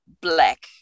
black